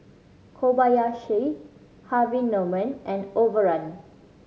Kobayashi Harvey Norman and Overrun